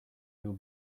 yıl